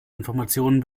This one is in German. informationen